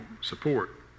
support